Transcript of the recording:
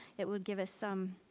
it would give us some,